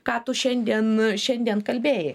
ką tu šiandien šiandien kalbėjai